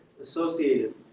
associated